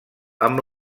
amb